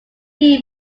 dee